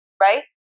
right